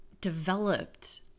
developed